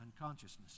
unconsciousness